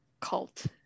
cult